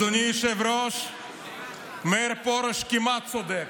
אדוני היושב-ראש, מאיר פרוש כמעט צודק.